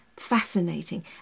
fascinating